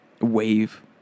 wave